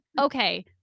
Okay